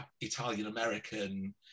Italian-American